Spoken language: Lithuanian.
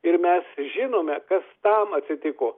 ir mes žinome kas tam atsitiko